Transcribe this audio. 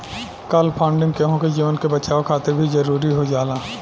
काल funding केहु के जीवन के बचावे खातिर भी जरुरी हो जाला